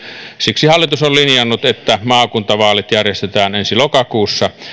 siksi hallitus on linjannut että maakuntavaalit järjestetään ensi lokakuussa